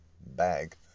bag